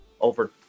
over